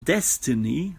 destiny